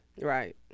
Right